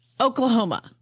Oklahoma